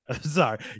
sorry